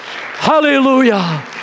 Hallelujah